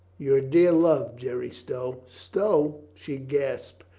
your dear love, jerry stow. stow? she gasped.